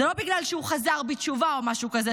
זה לא בגלל שהוא חזר בתשובה או משהו כזה,